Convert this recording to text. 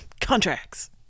Contracts